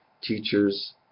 teachers